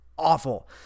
Awful